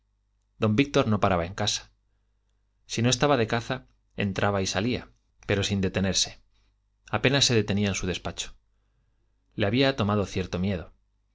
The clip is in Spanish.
don víctor no paraba en casa si no estaba de caza entraba y salía pero sin detenerse apenas se detenía en su despacho le había tomado cierto miedo